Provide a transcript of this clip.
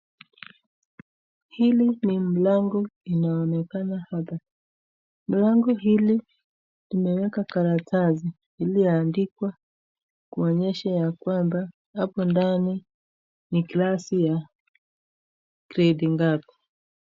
Hili ni mlango inaonekana hapa. Mlango hili imeweka karatasi iliyoandikwa kuonyesha ya kwamba hapo ndani ni classi ya gredi ngapi.